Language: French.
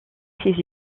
ses